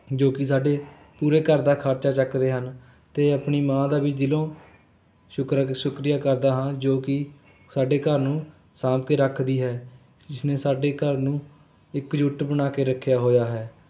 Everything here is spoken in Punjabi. ਜੋ ਕਿ ਸਾਡੇ ਪੂਰੇ ਘਰ ਦਾ ਖਰਚਾ ਚੱਕਦੇ ਹਨ ਅਤੇ ਆਪਣੀ ਮਾਂ ਦਾ ਵੀ ਦਿਲੋਂ ਸ਼ੁਕਰ ਅ ਸ਼ੁਕਰੀਆ ਕਰਦਾ ਹਾਂ ਜੋ ਕਿ ਸਾਡੇ ਘਰ ਨੂੰ ਸਾਂਭ ਕੇ ਰੱਖਦੀ ਹੈ ਜਿਸ ਨੇ ਸਾਡੇ ਘਰ ਨੂੰ ਇੱਕ ਜੁੱਟ ਬਣਾ ਕੇ ਰੱਖਿਆ ਹੋਇਆ ਹੈ